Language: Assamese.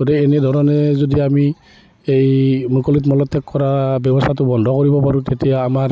গতিকে এনেধৰণে যদি আমি এই মুকলিত মলত্যাগ কৰা ব্যৱস্থাটো বন্ধ কৰিব পাৰোঁ তেতিয়া আমাৰ